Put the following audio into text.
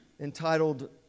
entitled